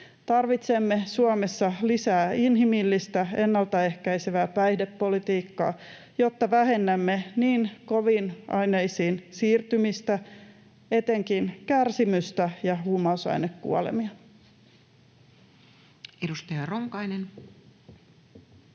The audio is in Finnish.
Tarvitsemme Suomessa lisää inhimillistä, ennalta ehkäisevää päihdepolitiikkaa, jotta vähennämme niin koviin aineisiin siirtymistä kuin etenkin kärsimystä ja huumausainekuolemia. [Speech